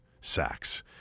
sacks